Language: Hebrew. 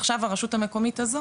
ועכשיו הרשות המקומית הזו